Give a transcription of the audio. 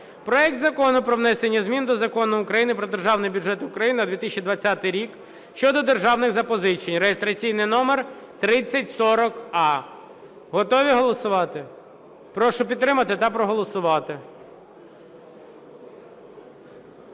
проект Закону про внесення змін до Закону України "Про Державний бюджет України на 2020 рік" щодо державних запозичень (реєстраційний номер 3040а). Готові голосувати? Прошу підтримати та проголосувати.